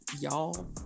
y'all